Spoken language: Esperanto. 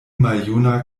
maljuna